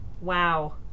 wow